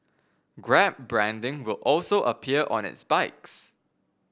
grab branding will also appear on its bikes